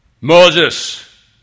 Moses